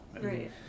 Right